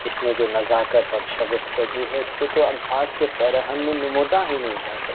اس میں جونزاکت اور شگفتگی ہے اس کو تو الفاظ کے پیرہن میں نمودا ہی نہیں جا سکتا